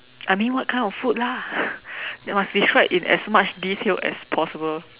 I mean what kind of food lah then must describe in as much detail as possible